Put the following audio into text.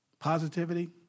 Positivity